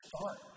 start